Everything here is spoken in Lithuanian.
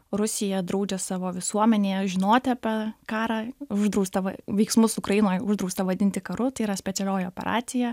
rusija draudžia savo visuomenėje žinoti apie karą uždrausta veiksmus ukrainoj uždrausta vadinti karu tai yra specialioji operacija